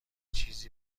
چیزی